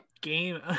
game